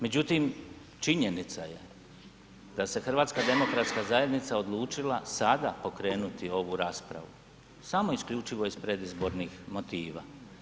Međutim činjenica je da se HDZ odlučila sada pokrenuti ovu raspravu samo isključivo iz predizbornih motiva.